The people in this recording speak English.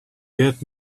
get